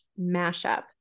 mashup